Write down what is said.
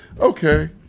Okay